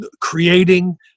creating